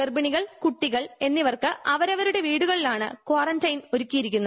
ഗർഭിണികൾ കുട്ടികൾ എന്നിവർക്ക് അവരവരുടെ വീടുകളിലാണ് കാറന്റൈൻ ഒരുക്കിയിരിക്കുന്നത്